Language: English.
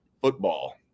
football